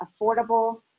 affordable